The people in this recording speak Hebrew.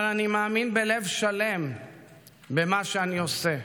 אבל אני מאמין בלב שלם במה שאני עושה.